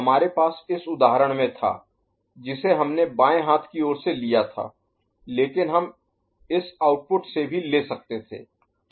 हमारे पास उस उदाहरण में था जिसे हमने बाएं हाथ की ओर से लिया था लेकिन हम इस आउटपुट से भी ले सकते थे